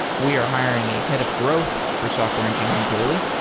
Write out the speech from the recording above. we are hiring a head of growth for software engineering daily.